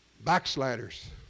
backsliders